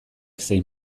zein